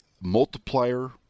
multiplier